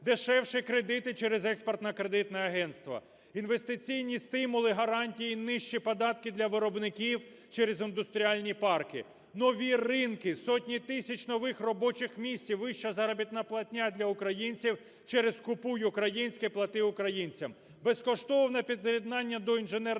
дешевші кредити через Експортно-кредитне агентство, інвестиційні стимули, гарантії, нижчі податки для виробників через індустріальні парки, нові ринки, сотні тисяч нових робочих місць і вища заробітна платня для українців, через "Купуй українське, плати українцям!", безкоштовне під'єднання до інженерних мереж